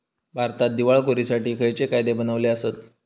भारतात दिवाळखोरीसाठी खयचे कायदे बनलले आसत?